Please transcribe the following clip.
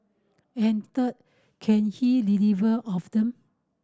and third can he deliver of them